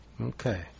Okay